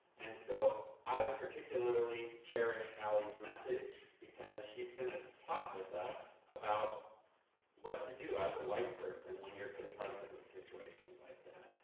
and so, i particularly cherish ali's message, because she's gonna talk with us about what to do as a white person when you're confronted with situations like that.